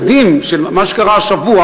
כי התקדים של מה שקרה השבוע,